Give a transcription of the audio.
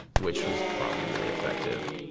which was probably really effective.